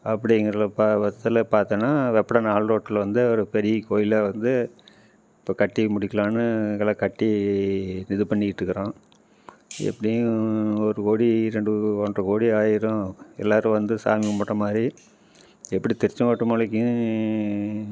அப்படிங்கிறல ப பட்சத்தில் பார்த்தன்னா அப்படம் நாலு ரோடில் வந்து ஒரு பெரிய கோயிலாக வந்து இப்போ கட்டி முடிக்கலான்னு எல்லாம் கட்டி இது பண்ணிக்கிட்டிருக்கறோம் எப்படியும் ஒரு கோடி ரெண்டு ஒன்றரை கோடி ஆயிடும் எல்லோரும் வந்து சாமி கும்பிட்ற மாதிரி எப்படி திருச்செங்கோட்டு மலைக்கும்